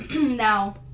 Now